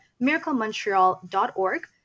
MiracleMontreal.org